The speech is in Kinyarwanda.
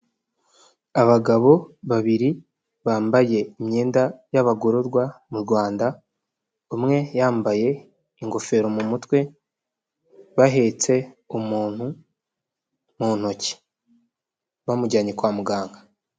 Abagabo babiri bambaye imyenda y'abagororwa mu Rwanda, umwe yambaye ingofero mu mutwe bahetse umuntu mu ntoki bamujyanye kwa muganga.